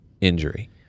injury